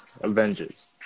Avengers